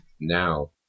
now